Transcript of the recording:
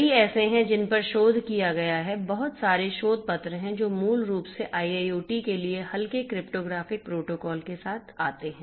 कई ऐसे हैं जिन पर शोध किया गया है बहुत सारे शोध पत्र हैं जो मूल रूप से IIoT के लिए हल्के क्रिप्टोग्राफ़िक प्रोटोकॉल के साथ आते हैं